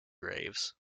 graves